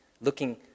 Looking